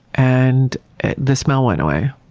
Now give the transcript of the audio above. and the smell went away.